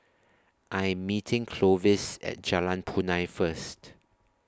I Am meeting Clovis At Jalan Punai First